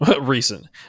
recent